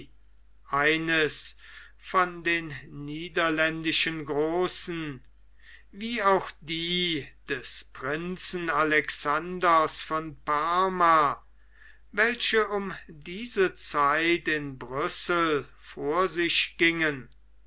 eines von den niederländischen großen wie auch die des prinzen alexander von parma welche um diese zeit in brüssel vor sich gingen